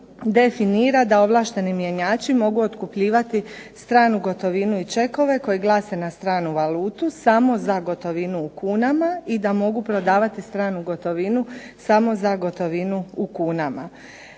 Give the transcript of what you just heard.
definira da ovlašteni mjenjači mogu otkupljivati stranu gotovinu i čekove koji glase na stranu valutu samo za gotovinu u kunama, i da mogu prodavati stranu gotovinu samo za gotovinu u kunama.